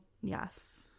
Yes